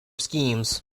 schemes